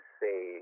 say